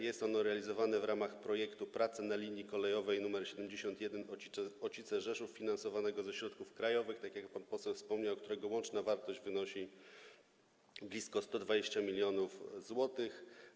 Jest ono realizowane w ramach projektu „Prace na linii kolejowej nr 71 Ocice - Rzeszów” finansowanego ze środków krajowych, tak jak pan poseł wspomniał, którego łączna wartość wynosi blisko 120 mln zł.